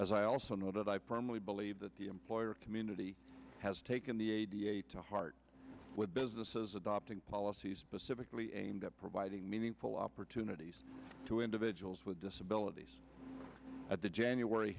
as i also noted i personally believe that the employer community has taken to heart with businesses adopting policies specifically aimed at providing meaningful opportunities to individuals with disabilities at the january